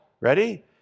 ready